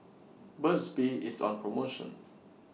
Burt's Bee IS on promotion